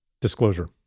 disclosure